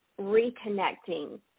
reconnecting